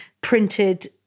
printed